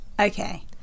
Okay